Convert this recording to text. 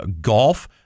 golf